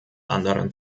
anderen